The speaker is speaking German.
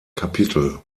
kapitel